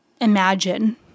imagine